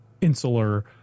insular